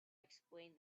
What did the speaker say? explained